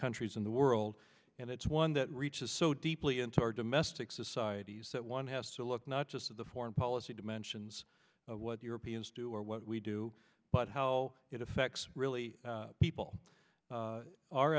countries in the world and it's one that reaches so deeply into our domestic societies that one has to look not just at the foreign policy dimensions of what europeans do or what we do but how it affects really people